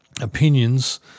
opinions